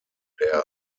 der